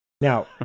Now